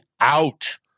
out